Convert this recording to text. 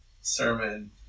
sermon